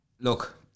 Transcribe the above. look